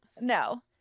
No